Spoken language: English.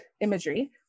Imagery